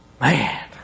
man